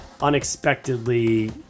unexpectedly